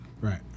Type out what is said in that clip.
Right